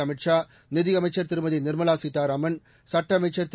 அமித் ஷா நிதியமைச்சர் திருமதி நிர்மலா சீதாராமன் சட்ட அமைச்சர் திரு